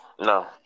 no